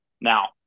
Now